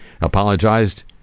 apologized